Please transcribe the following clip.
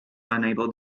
unable